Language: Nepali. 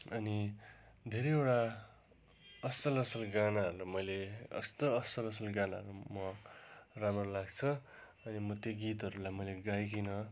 अनि धेरैवटा असल असल गानाहरू मैले यस्तो असल असल गानाहरू म राम्रो लाग्छ अनि म त्यो गीतहरूलाई मैले गाइकिन